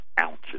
ounces